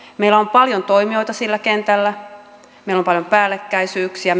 meillä on paljon toimijoita siellä kentällä meillä on paljon päällekkäisyyksiä